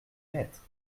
maîtres